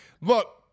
look